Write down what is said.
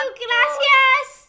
gracias